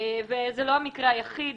זה לא המקרה היחיד.